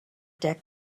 deck